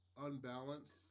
unbalanced